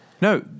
No